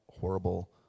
horrible